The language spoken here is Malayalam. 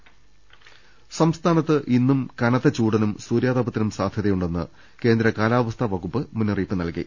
് സംസ്ഥാനത്ത് ഇന്നും കനത്ത ചൂടിനും സൂര്യാതപത്തിനും സാധ്യ തയുണ്ടെന്ന് കേന്ദ്ര കാലാവസ്ഥാ വകുപ്പ് മുന്നറിയിപ്പ് നൽകി